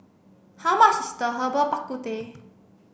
how much is the Herbal Bak Ku Teh